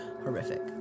horrific